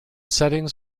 settings